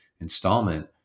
installment